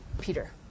Peter